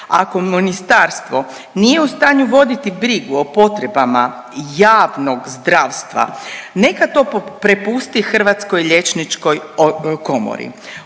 Ako ministarstvo nije u stanju voditi brigu o potrebama javnog zdravstva, neka to prepusti Hrvatskoj liječničkoj komori.